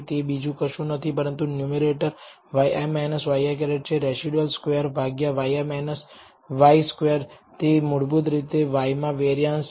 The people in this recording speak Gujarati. તે બીજું કશું નહીં પરંતુ ન્યૂમેરેટર yi ŷi છે રેસીડ્યુઅલ સ્ક્વેર ભાગ્યા yi y સ્ક્વેર તે મૂળભૂત રીતે y માં વેરિયાન્સ છે